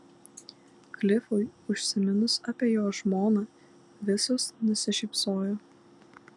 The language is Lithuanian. klifui užsiminus apie jo žmoną visos nusišypsojo